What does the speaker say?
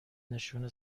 نشون